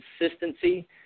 consistency